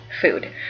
food